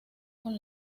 con